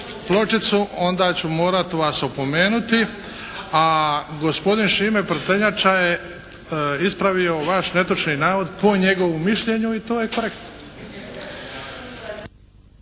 pločicu onda ću morati vas opomenuti, a gospodin Šime Prtenjača je ispravio vaš netočni navod po njegovu mišljenju i to je korektno.